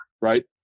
right